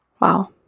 Wow